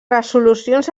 resolucions